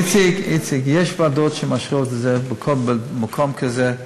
איציק, יש ועדות שמאשרות את זה בכל מקום כזה.